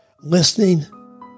listening